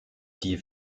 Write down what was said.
die